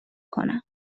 کنم